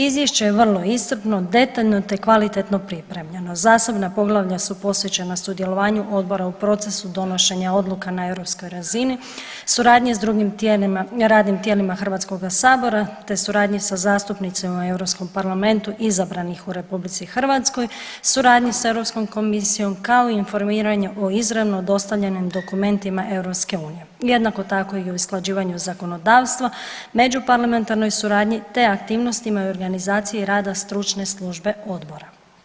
Izvješće je vrlo iscrpno, detaljno, te kvalitetno pripremljeno, zasebna poglavlja su posvećena sudjelovanju odbora u procesu donošenja odluka na europskoj razini, suradnje s drugim tijelima, radnim tijelima HS, te suradnji sa zastupnicima u Europskom parlamentu izabranih u RH, suradnji sa Europskom komisijom, kao i informiranje o izravno dostavljenim dokumentima EU, jednako tako i o usklađivanju zakonodavstva, međuparlamentarnoj suradnji, te aktivnostima i organizaciji rada stručne službe odbora.